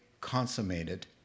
consummated